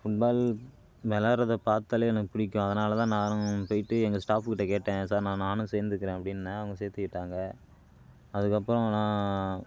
football விளாடுறத பார்த்தாலே எனக்கு பிடிக்கும் அதனால் தான் நானும் போயிட்டு எங்கள் ஸ்டாஃபுக்கிட்ட கேட்டேன் சார் நானும் சேர்ந்துக்குறேன் அப்டீன்னேன் அவங்க சேர்த்துக்கிட்டாங்க அதுக்கப்புறம் நான்